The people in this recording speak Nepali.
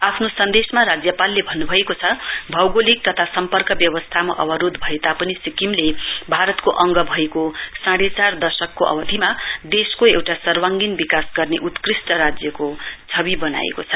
आफ्नो सन्देशमा राज्यपालले भन्न्भएको छ भौगोलिक तथा सम्पर्क व्यवस्थामा अवरोध भए तापनि सिक्किमले भारतको अंग भएको साँढे चार दशकको अवधिमा देशको एउटा सर्वाङ्गीन विकास गर्ने उत्कृस्ट राज्यको छबि बनाएको छ